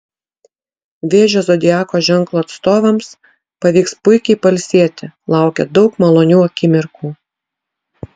vėžio zodiako ženklo atstovams pavyks puikiai pailsėti laukia daug malonių akimirkų